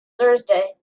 thursday